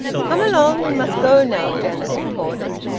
come along, we must go now, janet retorted.